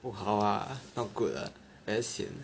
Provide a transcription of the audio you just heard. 不好 lah not good lah very sian